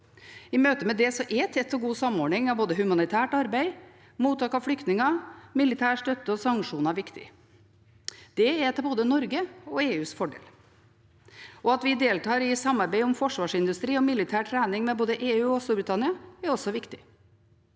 I møte med dette er tett og god samordning av både humanitært arbeid, mottak av flyktninger, militær støtte og sanksjoner viktig. Det er til både Norges og EUs fordel. At vi deltar i samarbeid om forsvarsindustri og militær trening med både EU og Storbritannia, er også viktig.